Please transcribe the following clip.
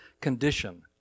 condition